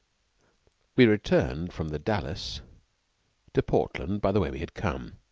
we returned from the dalles to portland by the way we had come,